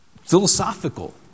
philosophical